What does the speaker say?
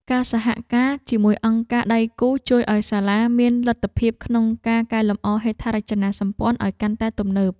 ការសហការជាមួយអង្គការដៃគូជួយឱ្យសាលាមានលទ្ធភាពក្នុងការកែលម្អហេដ្ឋារចនាសម្ព័ន្ធឱ្យកាន់តែទំនើប។